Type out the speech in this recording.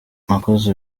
nakoze